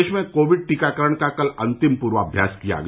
प्रदेश में कोविड टीकाकरण का कल अंतिम पूर्वाभ्यास किया गया